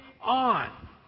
on